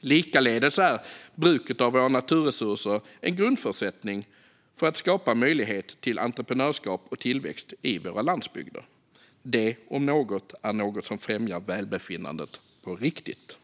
Likaledes är bruket av våra naturresurser en grundförutsättning för att skapa möjligheter till entreprenörskap och tillväxt i våra landsbygder. Detta om något är något som främjar välbefinnande på riktigt.